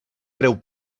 breu